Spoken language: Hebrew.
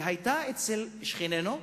והיתה אצל "שכנינו",